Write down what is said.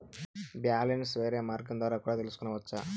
Balance వేరే మార్గం ద్వారా కూడా తెలుసుకొనొచ్చా?